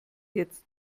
jetzt